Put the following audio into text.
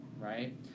right